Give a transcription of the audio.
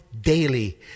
daily